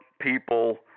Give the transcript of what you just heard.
people